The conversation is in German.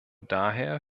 daher